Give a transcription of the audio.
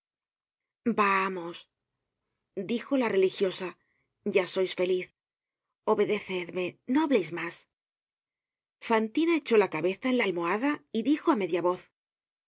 vamos dijo la religiosa ya sois feliz obedecedme no hableis mas fantina echó la cabeza en la almohada y dijo á media voz